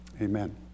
Amen